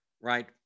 right